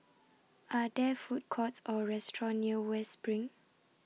Are There Food Courts Or restaurants near West SPRING